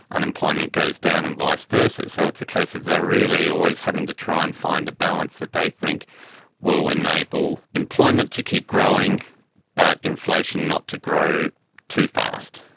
unemployment goes down and vice versa. so it's a case of they are really always having to try and find a balance that they think will enable employment to keep growing but inflation not to grow too fast.